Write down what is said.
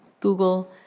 Google